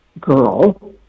girl